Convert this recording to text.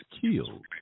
killed